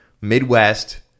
Midwest